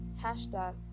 Hashtag